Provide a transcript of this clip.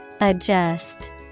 Adjust